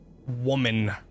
woman